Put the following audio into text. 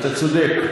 צודק.